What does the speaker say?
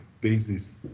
basis